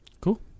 Cool